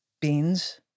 beans